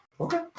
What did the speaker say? Okay